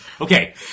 Okay